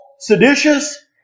Seditious